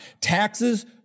Taxes